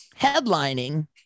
Headlining